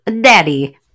Daddy